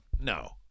No